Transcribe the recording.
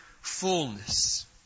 fullness